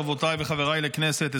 חברותיי וחבריי לכנסת,